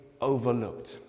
overlooked